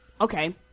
Okay